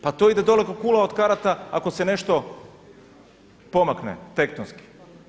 Pa to ide dolje ko kula od karata ako se nešto pomakne tektonski.